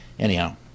Anyhow